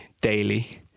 daily